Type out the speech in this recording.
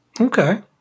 Okay